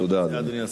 תודה, אדוני.